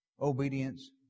obedience